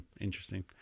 Interesting